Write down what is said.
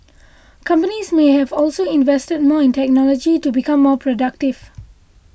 companies may have also invested more in technology to become more productive